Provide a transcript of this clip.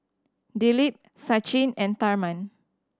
Dilip Sachin and Tharman